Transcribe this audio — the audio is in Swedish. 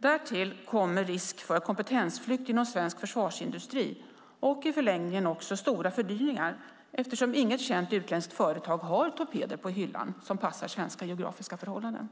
Därtill kommer risk för kompetensflykt inom svensk försvarsindustri och i förlängningen också stora fördyringar, eftersom inget känt utländskt företag har torpeder på hyllan som passar svenska geografiska förhållanden.